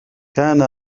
كان